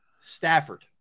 Stafford